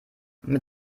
mit